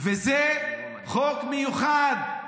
זה חוק מיוחד,